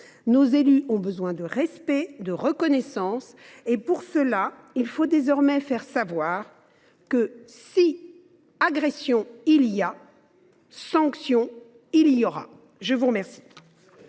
Nos élus ont besoin de respect et de reconnaissance. Pour cela, il faut désormais faire savoir que, si agression il y a, sanction il y aura. Très bien